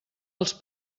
els